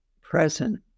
present